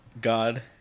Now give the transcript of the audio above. God